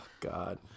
God